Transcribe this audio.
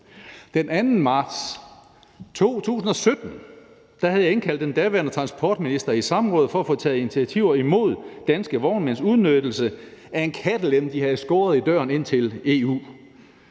Den 2. marts 2017 havde jeg indkaldt den daværende transportminister i samråd for at få taget initiativer imod danske vognmænds udnyttelse af en kattelem, de havde skåret i døren ind til EU.